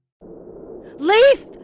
Leaf